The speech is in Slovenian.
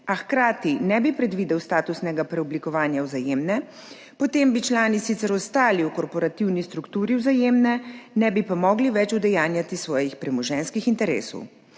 a hkrati ne bi predvidel statusnega preoblikovanja Vzajemne, potem bi člani sicer ostali v korporativni strukturi Vzajemne, ne bi pa mogli več udejanjati svojih premoženjskih interesov.